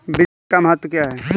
बीज का महत्व क्या है?